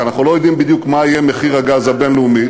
כי אנחנו לא יודעים בדיוק מה יהיה מחיר הגז הבין-לאומי,